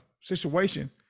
situation